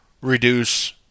reduce